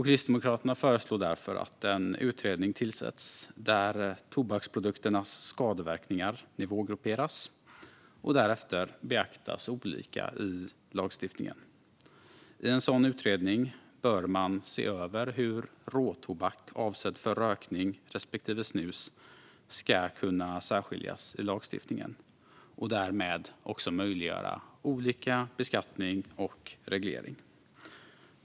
Kristdemokraterna föreslår därför att en utredning tillsätts där tobaksprodukternas skadeverkningar nivågrupperas och därefter beaktas olika i lagstiftningen. I en sådan utredning bör man se över hur råtobak avsedd för rökning respektive snus ska kunna särskiljas i lagstiftningen, så att man därmed också kan möjliggöra olika beskattning och reglering.